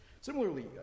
Similarly